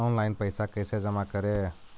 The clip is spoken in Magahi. ऑनलाइन पैसा कैसे जमा करे?